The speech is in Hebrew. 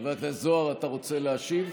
חבר הכנסת זוהר, אתה רוצה להשיב?